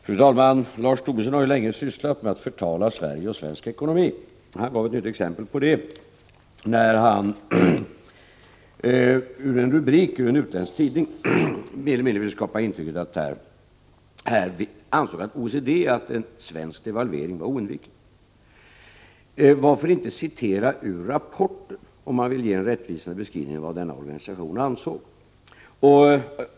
Fru talman! Lars Tobisson har länge sysslat med att förtala Sverige och svensk ekonomi. Han gav ytterligare ett exempel på detta, när han genom att citera en rubrik i en utländsk tidning mer eller mindre ville skapa ett intryck av att man inom OECD anser att en svensk devalvering är oundviklig. Varför inte citera ur rapporten, om man vill ge en rättvisande beskrivning av vad denna organisation anser?